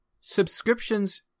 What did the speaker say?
subscriptions